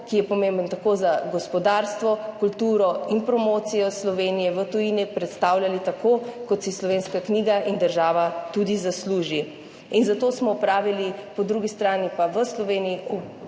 ki je pomemben tako za gospodarstvo, kulturo in promocijo Slovenije v tujini, predstavlja tako, kot si slovenska knjiga in država tudi zaslužita. Zato smo opravili po drugi strani v Sloveniji